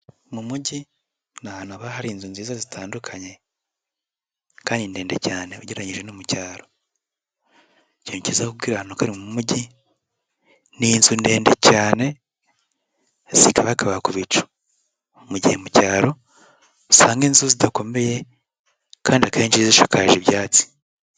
Mu mujyi ni ahantu hari inzu zitandukanye kandi ndende cyane ugereranyije no mu cyaro, ikintu kizakubwira ahantu ko ari mu mujyi ni inzu ndende cyane zikabakaba ku bica, mu gihe mu cyaro usanga inzu zidakomeye kandi akenshi zishakaje ibyatsi.